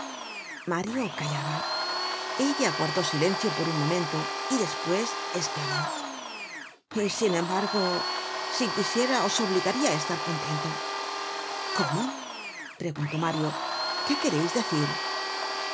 mario callaba ella guardó silencio por un momento y despues esclamó y sin embargo si quisiera os obligaria á estar contento cómo preguntó mario qué quereis decir ah